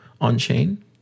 on-chain